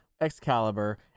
Excalibur